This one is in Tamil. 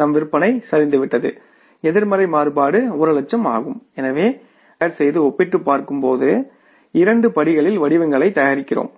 நம் விற்பனை சரிந்துவிட்டது எதிர்மறை மாறுபாடு ஒரு லட்சம் எனவே நாம் பட்ஜெட் அறிக்கையைச் தயார்செய்து ஒப்பிட்டுப் பார்க்கும்போது இரண்டு படிகளில் வடிவங்களைத் தயாரிக்கிறோம்